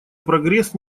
прогресс